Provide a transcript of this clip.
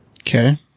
Okay